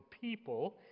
people